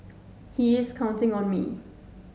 he is counting on me